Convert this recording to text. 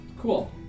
Cool